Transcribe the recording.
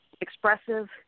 expressive